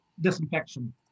disinfection